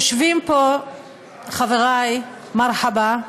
יושבים פה חברי, מרחבא,